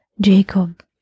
Jacob